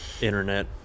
Internet